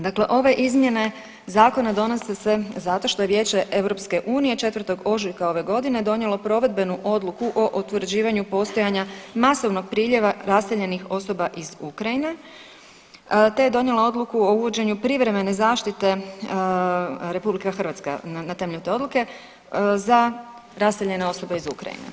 Dakle, ove izmjene zakona donose se zato što je Vijeće EU 4. ožujka ove godine donijelo provedbenu odluku o utvrđivanju postojanja masovnog priljeva raseljenih osoba iz Ukrajine te je donijelo odluku o uvođenju privremene zaštite RH na temelju te odluke za raseljene osobe iz Ukrajine.